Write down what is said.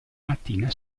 mattina